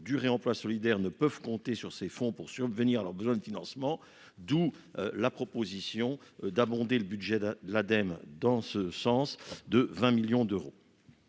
du réemploi solidaire ne peuvent compter sur ces fonds pour subvenir à leurs besoins de financement, d'où la proposition d'abonder le budget de l'Ademe dans ce sens de 20 millions d'euros.